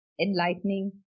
enlightening